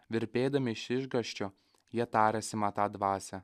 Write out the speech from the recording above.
virpėdami iš išgąsčio jie tarėsi matą dvasią